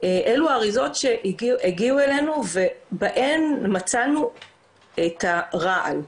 אלה אריזות שהגיעו אלינו ובהן מצאנו את הרעל.